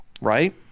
right